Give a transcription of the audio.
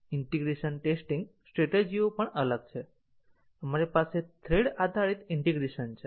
integration testing સ્ટ્રેટેજીઓ પણ અલગ છે આપણી પાસે થ્રેડ આધારિત ઈન્ટીગ્રેશન છે